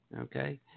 Okay